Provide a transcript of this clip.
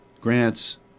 grants